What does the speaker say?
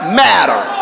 matter